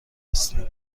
هستیم